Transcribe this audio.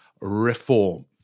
reform